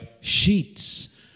sheets